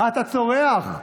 אתה צורח.